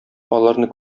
аларны